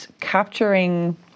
capturing